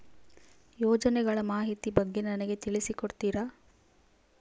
ಯೋಜನೆಗಳ ಮಾಹಿತಿ ಬಗ್ಗೆ ನನಗೆ ತಿಳಿಸಿ ಕೊಡ್ತೇರಾ?